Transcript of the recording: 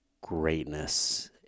greatness